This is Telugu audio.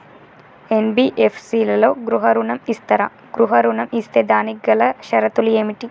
ఎన్.బి.ఎఫ్.సి లలో గృహ ఋణం ఇస్తరా? గృహ ఋణం ఇస్తే దానికి గల షరతులు ఏమిటి?